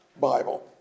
Bible